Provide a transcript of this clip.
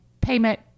payment